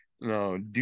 No